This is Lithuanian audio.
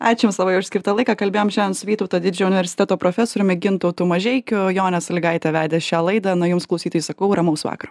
ačiū jums labai už skirtą laiką kalbėjom šiandien su vytauto didžiojo universiteto profesoriumi gintautu mažeikiu jonė saligaitė vedė šią laidą na jums klausytojai sakau ramaus vakaro